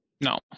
No